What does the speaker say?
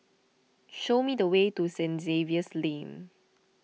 show me the way to Saint Xavier's Lane